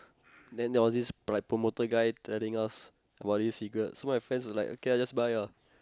then there was this promoter guy telling us about this cigarette so my friends were like okay lah just buy ah